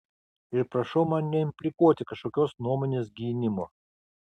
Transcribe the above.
ir prašau man neimplikuoti kažkokios nuomonės gynimo